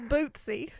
Bootsy